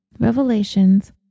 Revelations